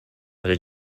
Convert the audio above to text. was